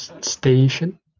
Station